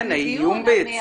כן, האיום ביציאה.